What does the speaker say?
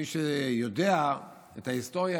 מי שיודע את ההיסטוריה,